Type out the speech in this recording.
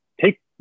take